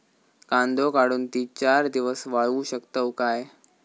कांदो काढुन ती चार दिवस वाळऊ शकतव काय?